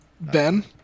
Ben